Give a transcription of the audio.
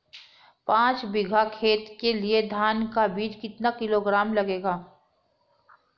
पाँच बीघा खेत के लिये धान का बीज कितना किलोग्राम लगेगा?